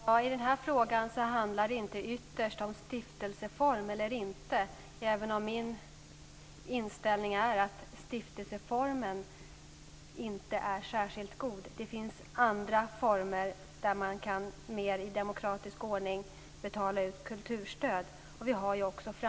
Fru talman! Här handlar det inte ytterst om stiftelseformer, även om min inställning är att den formen inte är särskilt bra. Det finns andra former som i mer demokratisk ordning kan betala ut kulturstöd, t.ex.